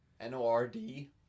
N-O-R-D